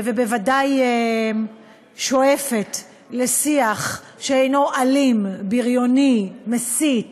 ובוודאי שואפת לשיח שאינו אלים, בריוני, מסית